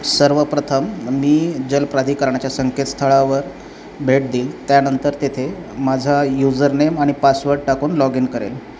सर्वप्रथम मी जलप्राधिकरणाच्या संकेतस्थळावर भेट देईल त्यानंतर तेथे माझा युझर नेम आणि पासवड टाकून लॉगिन करेन